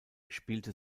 spielte